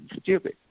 stupid